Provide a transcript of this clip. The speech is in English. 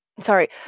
sorry